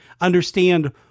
understand